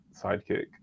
sidekick